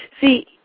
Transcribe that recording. see